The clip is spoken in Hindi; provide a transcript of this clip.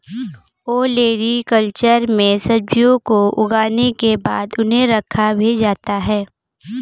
ओलेरीकल्चर में सब्जियों को उगाने के बाद उन्हें रखा भी जाता है